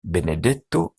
benedetto